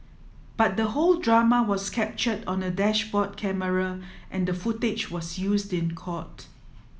but the whole drama was captured on a dashboard camera and the footage was used in court